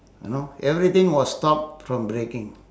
you know everything was stopped from breaking